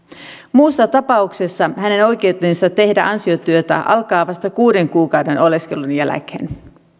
muussa tapauksessa hänen oikeutensa tehdä ansiotyötä alkaa vasta kuuden kuukauden oleskelun jälkeen